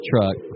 truck